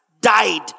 died